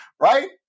right